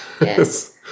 Yes